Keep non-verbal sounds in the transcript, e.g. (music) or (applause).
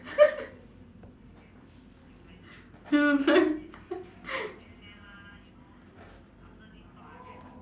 (laughs)